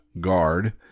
guard